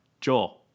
joel